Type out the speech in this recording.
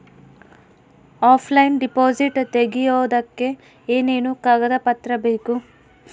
Offline deposit ತೆಗಿಯೋದಕ್ಕೆ ಏನೇನು ಕಾಗದ ಪತ್ರ ಬೇಕು?